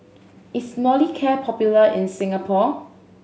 is Molicare popular in Singapore